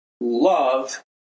love